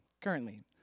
currently